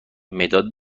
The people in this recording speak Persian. مداد